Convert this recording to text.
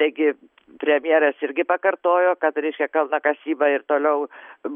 taigi premjeras irgi pakartojo kad reiškia kalnakasyba ir toliau